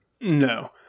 No